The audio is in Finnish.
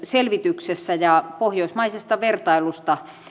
selvityksessä ja pohjoismaisesta vertailusta